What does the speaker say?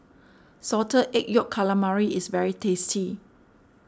Salted Egg Yolk Calamari is very tasty